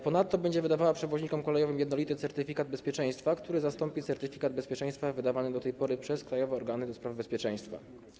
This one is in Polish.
Ponadto będzie wydawała przewoźnikom kolejowym jednolity certyfikat bezpieczeństwa, który zastąpi certyfikat bezpieczeństwa wydawany do tej pory przez krajowe organy do spraw bezpieczeństwa.